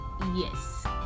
Yes